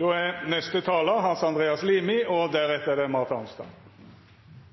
Replikkordskiftet er omme. Jeg er både glad og